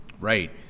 Right